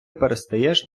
перестаєш